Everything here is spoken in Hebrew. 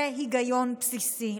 זה היגיון בסיסי.